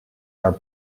are